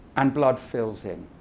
and blood fills in.